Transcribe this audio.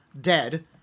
dead